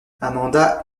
amanda